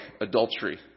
adultery